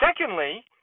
Secondly